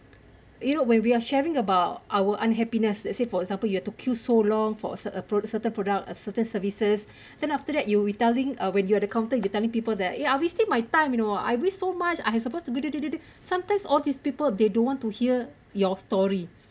you know when we are sharing about our unhappiness let's say for example you have to queue so long for a cer~ for a certain product a certain services then after that you will telling uh when you're uncomfortable you telling people that you are wasting my time you know I waste so much I supposed to di di di di sometimes all these people they don't want to hear your story